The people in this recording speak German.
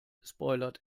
spoilert